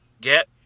get